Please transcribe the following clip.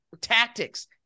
tactics